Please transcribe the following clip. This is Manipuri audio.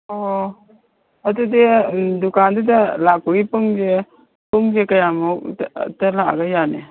ꯑꯣ ꯑꯗꯨꯗꯤ ꯎꯝ ꯗꯨꯀꯥꯟꯗꯨꯗ ꯂꯥꯛꯄꯒꯤ ꯄꯨꯡꯁꯦ ꯄꯨꯡꯁꯦ ꯀꯌꯥꯃꯨꯛꯇ ꯂꯥꯛꯑꯒ ꯌꯥꯅꯤ